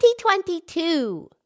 2022